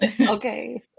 okay